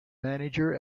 manager